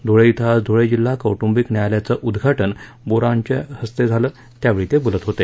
धुळे श्वे आज धुळे जिल्हा कौटुंबिक न्यायालयाचं उद्घाटन बोरा यांच्या हस्ते झालं त्यावेळी ते बोलत होते